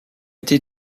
été